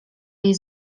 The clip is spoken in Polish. jej